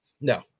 No